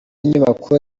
nyubako